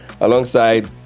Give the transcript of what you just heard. alongside